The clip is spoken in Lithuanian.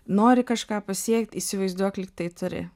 nori kažką pasiekt įsivaizduok lyg tai turi